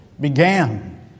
began